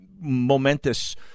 momentous